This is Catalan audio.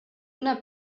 una